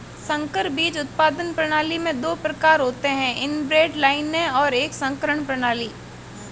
संकर बीज उत्पादन प्रणाली में दो प्रकार होते है इनब्रेड लाइनें और एक संकरण प्रणाली